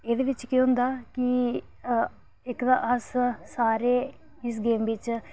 एह्दे विच केह् होंदा कि इक तां अस सारे इस गेम बिच